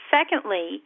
Secondly